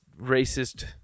racist